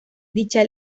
dicha